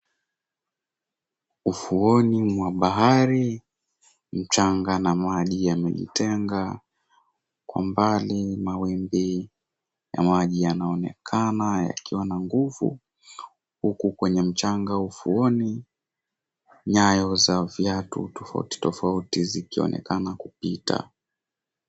Ufuoni mwa bahari, mchanga na maji yamejitenga. Kwa mbali mawimbi ya maji yanaonekana yakiwa na nguvu. Huku kwenye mchanga ufuoni, nyayo za viatu tofauti tofauti zikionekana kupita.